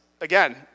again